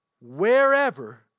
wherever